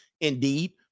Indeed